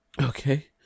Okay